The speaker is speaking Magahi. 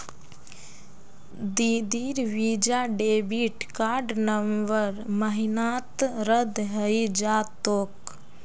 दीदीर वीजा डेबिट कार्ड नवंबर महीनात रद्द हइ जा तोक